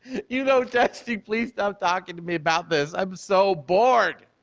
you know testing please stop talking to me about this. i'm so bored.